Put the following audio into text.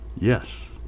Yes